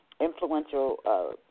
influential